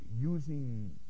using